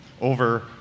over